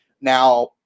Now